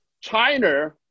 China